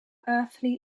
earthly